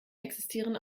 existieren